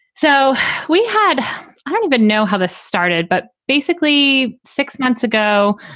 so we had i don't even know how this started, but basically six months ago,